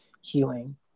healing